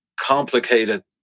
complicated